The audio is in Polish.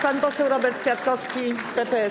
Pan poseł Robert Kwiatkowski, PPS.